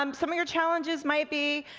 um some of your challenges might be,